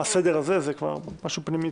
מה הסדר הזה, זה כבר משהו פנימי.